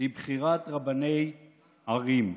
לבחירת רבני ערים,